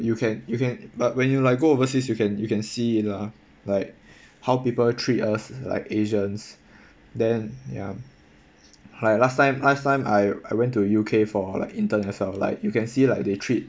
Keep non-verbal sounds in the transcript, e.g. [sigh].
you can you can but when you like go overseas you can you can see it lah like [breath] how people treat us like asians [breath] then ya like last time last time I I went to U_K for like intern as well like you can see like they treat